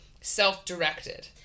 self-directed